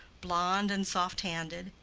blonde and soft-handed,